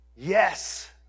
Yes